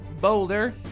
boulder